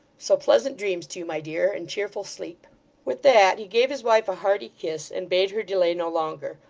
so pleasant dreams to you, my dear, and cheerful sleep with that he gave his wife a hearty kiss, and bade her delay no longer,